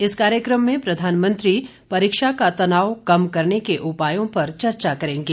इस कार्यक्रम में प्रधानमंत्री परीक्षा का तनाव कम करने के उपायों पर चर्चा करेंगे